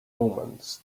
omens